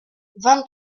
vingt